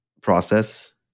process